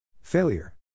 Failure